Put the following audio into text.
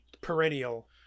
perennial